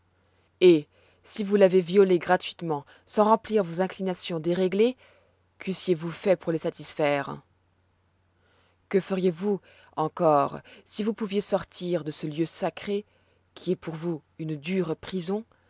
et si vous l'avez violé gratuitement sans remplir vos inclinations déréglées qu'eussiez-vous fait pour les satisfaire que feriez-vous encore si vous pouviez sortir de ce lieu sacré qui est pour vous une dure prison